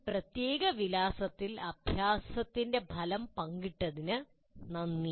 ഈ പ്രത്യേക വിലാസത്തിൽ അഭ്യാസത്തിന്റെ ഫലം പങ്കിട്ടതിന് നന്ദി